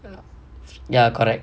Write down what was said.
ya correct